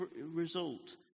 result